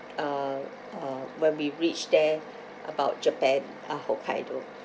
uh uh when we reach there about japan ah hokkaido